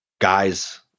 guys